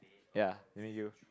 ya I mean you